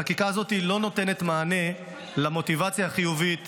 החקיקה הזאת לא נותנת מענה למוטיבציה החיובית